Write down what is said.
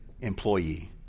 employee